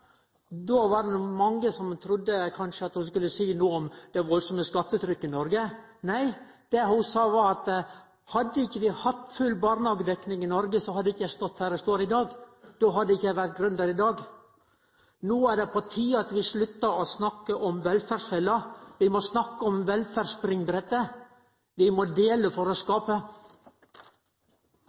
Då var det kanskje mange som trudde at ho skulle seie noko om det veldige skattetrykket i Noreg. Nei, det ho sa, var at hadde vi ikkje hatt full barnehagedekning i Noreg, så hadde ho ikkje stått der ho stod i dag – då hadde ho ikkje vore gründer i dag. No er det på tide at vi sluttar å snakke om velferdsfella, vi må snakke om velferdsspringbrettet. Vi må dele for å skape.